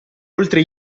oltre